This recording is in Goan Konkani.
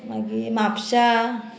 मागी म्हापशां